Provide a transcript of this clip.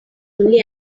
only